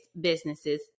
businesses